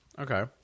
Okay